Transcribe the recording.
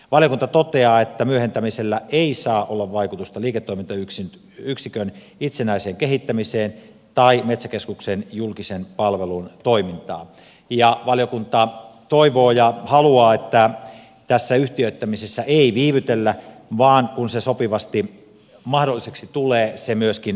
valiokunta toteaa että myöhentämisellä ei saa olla vaikutusta liiketoimintayksikön itsenäiseen kehittämiseen tai metsäkeskuksen julkisen palvelun toimintaan ja valiokunta toivoo ja haluaa että tässä yhtiöittämisessä ei viivytellä vaan kun se sopivasti mahdolliseksi tulee se myöskin välittömästi tehdään